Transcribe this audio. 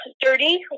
dirty